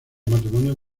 matrimonios